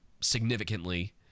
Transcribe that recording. significantly